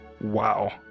Wow